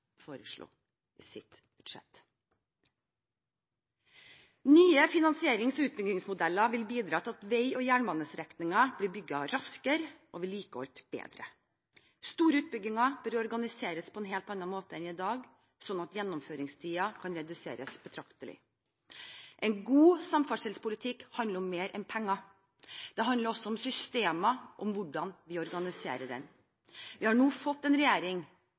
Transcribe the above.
foreslo i sitt budsjett. Nye finansierings- og utbyggingsmodeller vil bidra til at vei- og jernbanestrekninger blir bygd raskere og vedlikeholdt bedre. Store utbygginger bør organiseres på en helt annet måte enn i dag, slik at gjennomføringstiden kan reduseres betraktelig. En god samferdselspolitikk handler om mer enn penger; det handler også om systemer og om hvordan vi organiserer den. Vi har nå fått en regjering